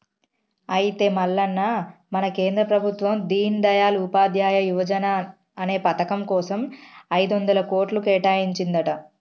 అయితే మల్లన్న మన కేంద్ర ప్రభుత్వం దీన్ దయాల్ ఉపాధ్యాయ యువజన అనే పథకం కోసం ఐదొందల కోట్లు కేటాయించిందంట